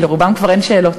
כי לרובם כבר אין שאלות.